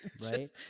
Right